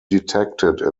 detected